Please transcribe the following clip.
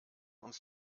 uns